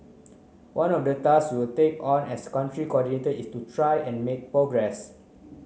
one of the task we'll take on as Country Coordinator is to try and make progress